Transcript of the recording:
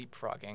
leapfrogging